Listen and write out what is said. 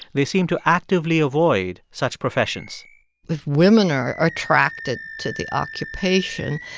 they seem to actively avoid such professions if women are are attracted to the occupation,